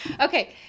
Okay